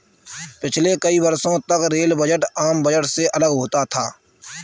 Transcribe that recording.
पिछले कई वर्षों तक रेल बजट आम बजट से अलग होता था